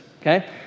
Okay